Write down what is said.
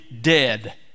dead